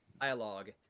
dialogue